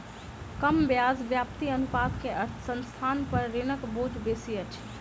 कम ब्याज व्याप्ति अनुपात के अर्थ संस्थान पर ऋणक बोझ बेसी अछि